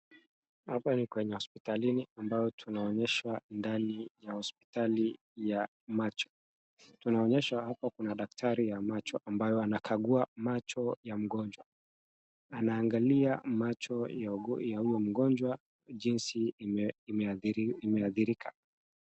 Hapa ni kwenye hospitalini ambao tunaonyeshwa ndani ya hospitali ya macho. Tunaonyeshwa hapa kuna daktari ya macho ambayo anakagua macho ya mgonjwa. Anaangalia macho ya huyo mgonjwa jinsi imeadhirika.